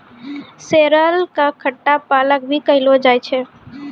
sorrel कॅ खट्टा पालक भी कहलो जाय छै